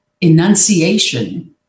enunciation